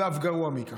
ואף גרוע מכך.